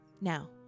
now